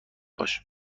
باش